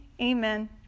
amen